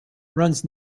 runs